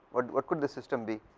what what could this system be,